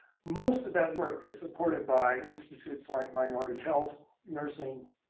most of that work is supported by institutes like minority health, nursing.